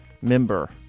member